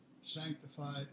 sanctified